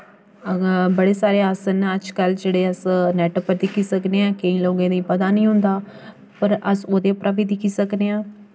अगर बड़े सारे अस नां अजकल जेह्ड़े अस नैट्ट उप्पर दिक्खी सकने आं केईं लोकें गी पता निं होंदा पर अस ओह्दे उप्परा बी दिक्खी सकने आं